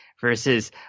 versus